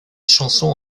chansons